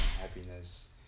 happiness